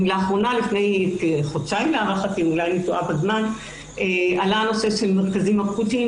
לפני כחודשיים עלה הנושא של מרכזים אקוטיים,